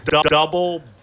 Double